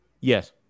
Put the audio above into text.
Yes